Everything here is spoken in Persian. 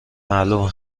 معلومه